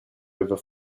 over